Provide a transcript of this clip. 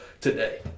today